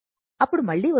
అప్పుడు మళ్ళీ వస్తుంది